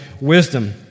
wisdom